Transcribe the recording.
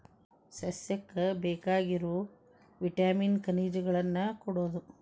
ಸಸ್ಯಕ್ಕ ಬೇಕಾಗಿರು ವಿಟಾಮಿನ್ ಖನಿಜಗಳನ್ನ ಕೊಡುದು